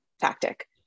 tactic